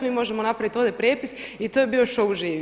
Mi možemo napraviti ovdje prijepis i to je bio šou živi.